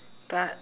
but